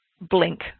blink